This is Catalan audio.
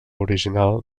original